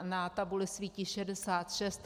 Na tabuli svítí 66.